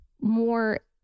more